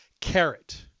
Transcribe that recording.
carrot